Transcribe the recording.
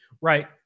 Right